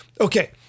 Okay